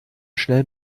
schnell